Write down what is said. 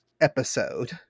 episode